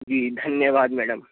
जी धन्यवाद मैडम